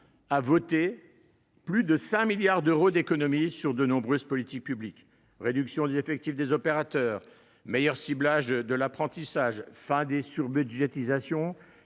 a voté plus de 5 milliards d’euros d’économies sur de nombreuses politiques publiques : réduction des effectifs des opérateurs, meilleur ciblage de l’apprentissage, fin des surbudgétisations